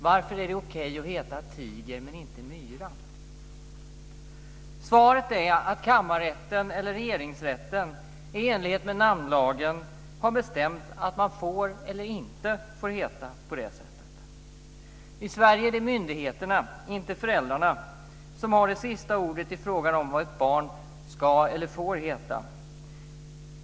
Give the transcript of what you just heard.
Varför är det okej att heta Tiger men inte Myra? Svaret är att kammarrätten eller regeringsrätten i enlighet med namnlagen har bestämt att man får eller inte får heta det. I Sverige är det myndigheterna, inte föräldrarna, som har det sista ordet i fråga om vad ett barn ska eller får heta.